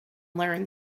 learn